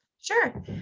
sure